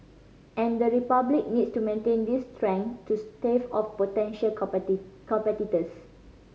and the Republic needs to maintain these strength to stave off potential competitors